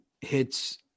hits